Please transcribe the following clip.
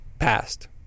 past